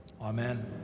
Amen